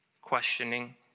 questioning